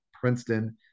Princeton